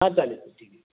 हां चालेल ठीक आहे